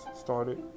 started